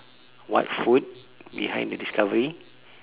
what food behind the discovery